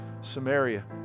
Samaria